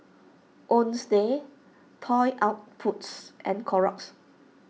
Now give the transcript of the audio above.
Toy Outpost and Clorox